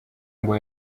ngo